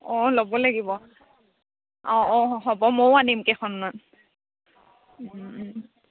অঁ ল'ব লাগিব অঁ অঁ হ'ব মইও আনিম কেইখনমান